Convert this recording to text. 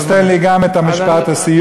אז תן לי גם את משפט הסיום.